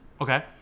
Okay